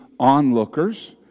onlookers